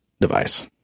device